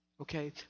okay